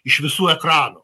iš visų ekranų